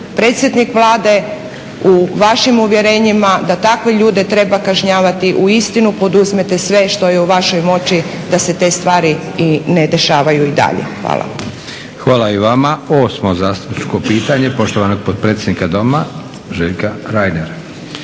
predsjednik Vlade u vašim uvjerenjima, da takve ljude treba kažnjavati, uistinu poduzmete sve što je u vašoj moći da se te stvari i ne dešavaju i dalje. Hvala. **Leko, Josip (SDP)** Hvala i vama. Osmo zastupničko pitanje poštovanog potpredsjednika Doma Željka Reinera.